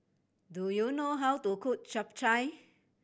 do you know how to cook Chap Chai